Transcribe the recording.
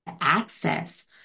access